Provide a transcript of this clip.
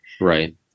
right